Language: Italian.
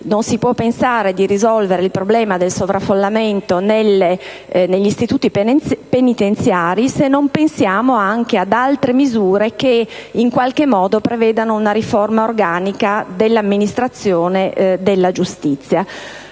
non si può pensare di risolvere il problema del sovraffollamento negli istituti penitenziari se non pensiamo anche ad altre misure che prevedano una riforma organica dell'amministrazione della giustizia.